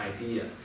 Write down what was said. idea